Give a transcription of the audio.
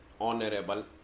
honorable